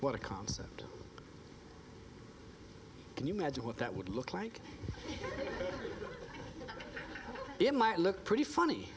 what a concept can you imagine what that would look like it might look pretty funny